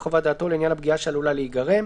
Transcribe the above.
חוב, כינוס אספות נושים.